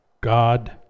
God